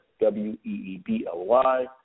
W-E-E-B-L-Y